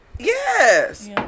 yes